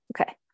Okay